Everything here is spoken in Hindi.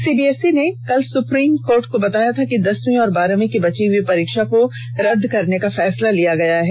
सीबीएसई ने कल सुप्रीम कोर्ट को बताया था कि दसवीं और बारहवी की बची हुई परीक्षा को रद्द करने का फैसला लिया गया है